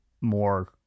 more